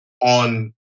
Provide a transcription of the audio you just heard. on